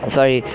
Sorry